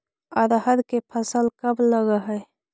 अरहर के फसल कब लग है?